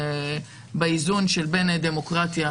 באיזון שבין דמוקרטיה